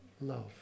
love